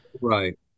right